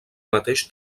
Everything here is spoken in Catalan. mateix